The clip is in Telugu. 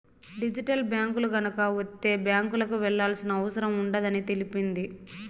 డిజిటల్ బ్యాంకులు గనక వత్తే బ్యాంకులకు వెళ్లాల్సిన అవసరం ఉండదని తెలిపింది